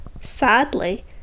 Sadly